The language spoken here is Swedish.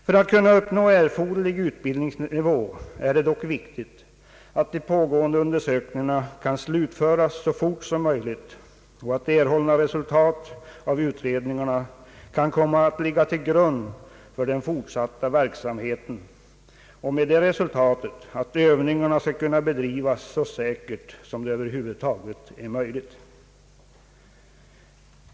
För att kunna uppnå erforderlig utbildningsnivå är det dock viktigt att de pågående undersökningarna slutföres så fort som möjligt och att av utredningarna erhållna resultat kan komma att ligga till grund för den fortsatta verksamheten med den följden att övningarna skall kunna bedrivas så säkert som det över huvud taget är möjligt.